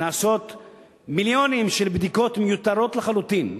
נעשות מיליוני בדיקות מיותרות לחלוטין.